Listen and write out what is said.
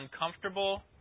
uncomfortable